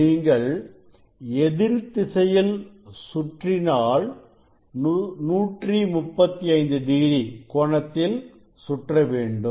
நீங்கள் எதிர் திசையில் சுற்றினால் 135 டிகிரி கோணத்தில் சுற்றவேண்டும்